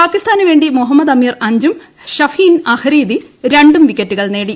പാകിസ്ഥാനു വേണ്ടി മുഹമ്മദ് അമീർ അഞ്ചും ഷഹീൻ അഫ്രീദി രണ്ടും വിക്കറ്റുകൾ നേടി